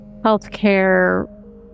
healthcare